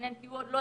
תאריכים ומספרים.